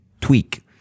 tweak